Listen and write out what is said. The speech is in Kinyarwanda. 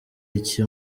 iki